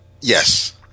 Yes